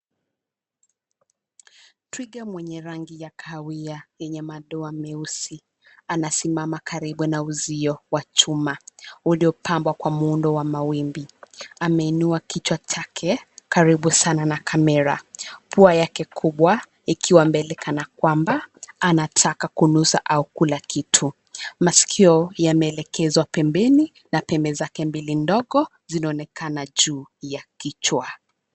Twiga mwenye rangi ya kahawia mwenye madoa meusi. Anasimama karibu na uzio wa chuma uliopambwa kwa muundo wa mawimbi. Ameinua kichwa chake karibu sana na kamera. Pua yake kubwa ikiwa mbele kana kwamba anataka kunusa au kula kitu. Masikio yameelekezwa pembeni na pembe zake mbili ndogo zinaonekana juu ya kichwa.